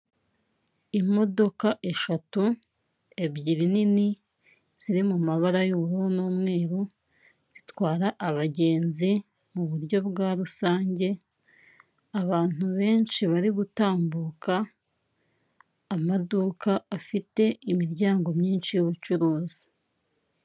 Imodoka eshatu, ebyiri nini ziri mu mabara y'ubururu n'umweru, zitwara abagenzi mu buryo bwa rusange. Abantu benshi bari gutambuka, amaduka afite imiryango myinshi y'ubucuruzi.